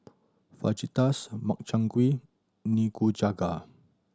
Fajitas Makchang Gui Nikujaga